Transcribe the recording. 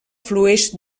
flueix